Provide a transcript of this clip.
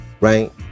Right